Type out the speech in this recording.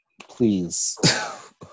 please